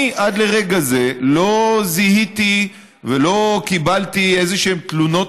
עד לרגע זה לא זיהיתי ולא קיבלתי איזשהן תלונות